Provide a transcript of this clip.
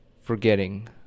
forgetting